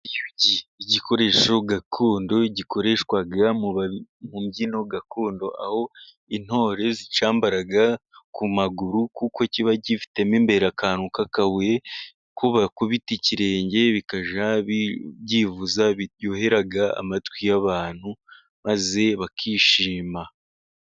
Igikoresho gakondo gikoreshwa mu mbyino gakondo. Aho intore zicyambara ku maguru, kuko kiba gifite mo imbere akantu k'akabuye, nuko bakubita ikirenge bikajya byivuza, biryohera amatwi y'abantu, maze bakishima.